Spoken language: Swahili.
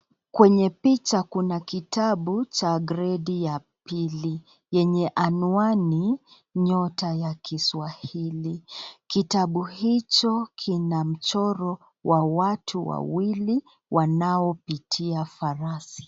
Kwenye picha kuna kitabu cha gredi ya pili, yenye anwani ‘Nyota ya Kiswahili’. Kitabu hicho kina mchoro wa watu wawili wanaopitia farasi.